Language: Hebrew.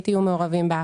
והיא לא דנה בכך.